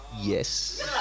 Yes